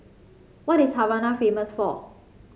what is Havana famous for